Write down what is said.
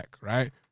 right